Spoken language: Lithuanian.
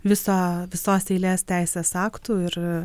visa visos eilės teisės aktų ir